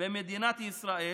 במדינת ישראל